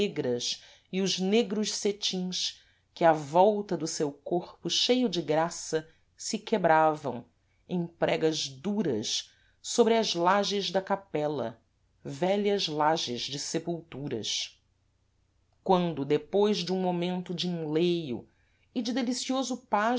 negras e os negros setins que à volta do seu corpo cheio de graça se quebravam em pregas duras sôbre as lages da capela vélhas lages de sepulturas quando depois dum momento de enleio e de delicioso pasmo